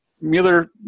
Mueller